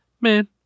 Man